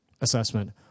assessment